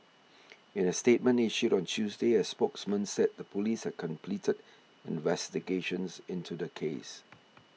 in a statement issued on Tuesday a spokesman said the police had completed investigations into the case